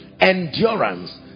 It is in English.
endurance